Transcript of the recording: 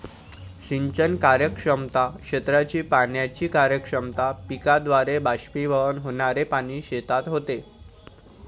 सिंचन कार्यक्षमता, क्षेत्राची पाण्याची कार्यक्षमता, पिकाद्वारे बाष्पीभवन होणारे पाणी शेतात होते